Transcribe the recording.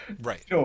Right